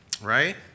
right